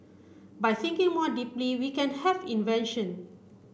by thinking more deeply we can have invention